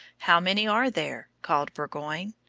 how many are there? called burgoyne.